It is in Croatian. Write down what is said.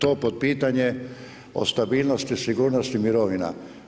to potpitanje o stabilnosti, sigurnosti mirovina.